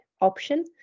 option